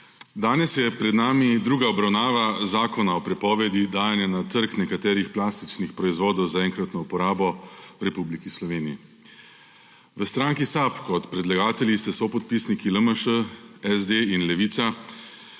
Danes je pred nami druga obravnava zakona o prepovedi dajanja na trg nekaterih plastičnih proizvodov za enkratno uporabo v Republiki Sloveniji. V stranki SAB kot predlagateljice s sopodpisniki LMŠ, SD in Levica